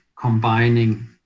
combining